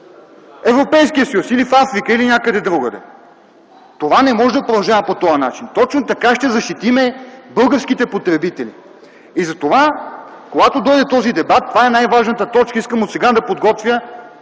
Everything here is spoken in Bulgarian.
Европейския съюз, в Африка или някъде другаде”. Това не може да продължава по този начин! Точно така ще защитим българските потребители. Когато дойде този дебат, това е най-важната точка и искам отсега да подготвя